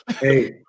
Hey